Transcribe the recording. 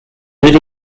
ydy